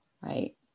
right